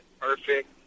perfect